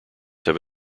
have